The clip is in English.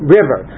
river